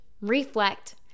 Reflect